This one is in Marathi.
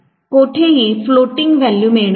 कोठेही फ्लोटिंग व्हॅल्यू मिळणार नाही